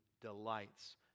delights